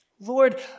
Lord